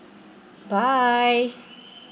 bye